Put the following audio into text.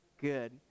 Good